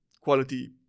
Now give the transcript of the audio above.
quality